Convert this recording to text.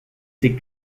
c’est